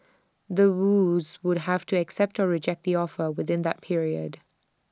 The Woos would have to accept or reject the offer within that period